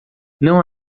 não